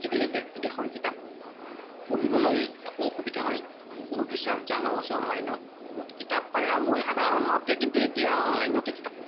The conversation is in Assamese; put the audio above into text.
আজিকালি দেশ বিদেশৰ কিতাপ পঢ়িবলৈ একো অসুবিধা নাই বহুত ৰিচাৰ্ছ জাৰ্নেল আছে অনলাইনত বহুত কিতাপ পাই আৰু মই সাধাৰণতে কিন্তু এতিয়া অনলাইনতে কিতাপ পঢ়ো